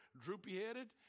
droopy-headed